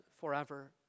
forever